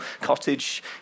cottage